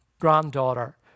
granddaughter